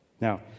Now